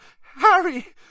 Harry